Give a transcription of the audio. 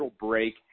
break